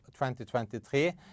2023